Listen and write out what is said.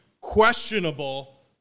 questionable